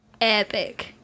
Epic